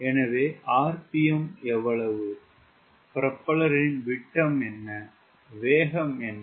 எனவே RPM எவ்வளவு ப்ரொப்பல்லரின் விட்டம் என்ன வேகம் என்ன